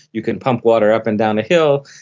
you can pump water up and down a hill,